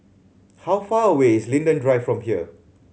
how far away is Linden Drive from here